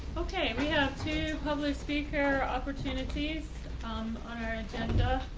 okay, we have two public speaker opportunities um on our agenda.